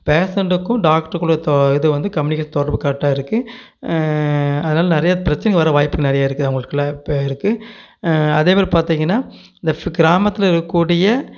பேஷண்ட்டுக்கும் டாக்டருக்கும் உள்ள இது வந்து கமினிக்கேட் தொடர்பு கட்டாகிருக்கு அதனால் நிறைய பிரச்சனைகள் வர வாய்ப்புகள் நிறைய இருக்குது அவங்களுக்குள்ள பு இருக்குது அதே மாதிரி பாத்திங்கனா இந்த கிராமத்தில் இருக்கக்கூடிய